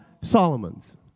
Solomon's